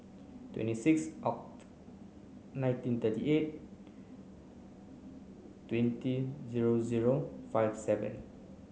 twenty six Oct nineteen thirty eight twenty zero zero five seven